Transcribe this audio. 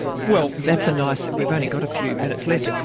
well, that's a nice. we've only got a few minutes left.